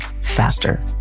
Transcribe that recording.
faster